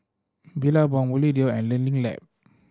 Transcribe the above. Billabong Bluedio and Learning Lab